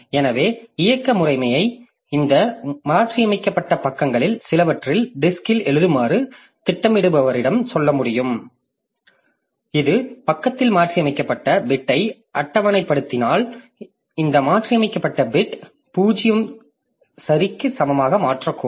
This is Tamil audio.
எனவே இயக்க முறைமை இந்த மாற்றியமைக்கப்பட்ட பக்கங்களில் சிலவற்றை டிஸ்க்ல் எழுதுமாறு திட்டமிடுபவரிடம் சொல்ல முடியும் இது பக்கத்தில் மாற்றியமைக்கப்பட்ட பிட்டை அட்டவணைப்படுத்தினால் இந்த மாற்றியமைக்கப்பட்ட பிட் 0 சரிக்கு சமமாக மாறக்கூடும்